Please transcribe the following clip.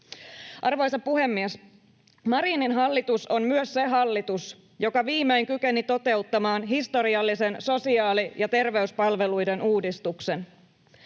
Arvoisa puhemies! Marinin hallitus on myös se hallitus, joka viimein kykeni toteuttamaan historiallisen sosiaali- ja terveyspalveluiden uudistuksen.